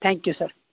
thank you sir